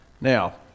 Now